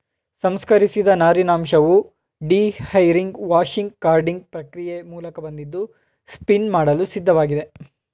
ಸಂಸ್ಕರಿಸಿದ ನಾರಿನಂಶವು dehairing washing carding ಪ್ರಕ್ರಿಯೆ ಮೂಲಕ ಬಂದಿದ್ದು ಸ್ಪಿನ್ ಮಾಡಲು ಸಿದ್ಧವಾಗಿದೆ